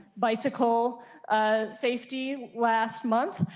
bicycle ah safety last month.